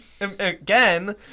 again